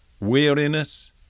weariness